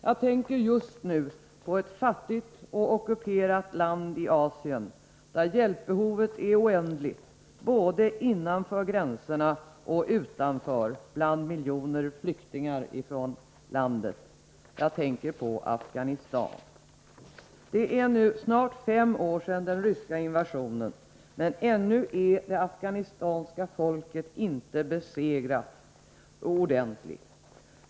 Jag tänker just nu på ett fattigt och ockuperat land i Asien, där hjälpbehovet är oändligt, både innanför gränserna och utanför, bland miljoner flyktingar från landet. Jag tänker på Afghanistan. Det är nu snart fem år sedan den ryska invasionen, men ännu är det afghanska folket inte besegrat ordentligt.